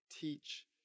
teach